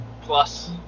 plus